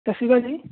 ਸਤਿ ਸ਼੍ਰੀ ਅਕਾਲ ਜੀ